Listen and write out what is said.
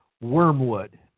wormwood